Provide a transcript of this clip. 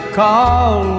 call